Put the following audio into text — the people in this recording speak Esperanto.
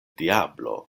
diablo